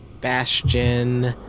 Bastion